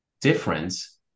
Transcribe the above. difference